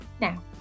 now